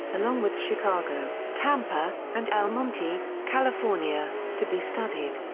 along with chicago, tampa, and el monte, california, to be studied.